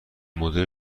مدل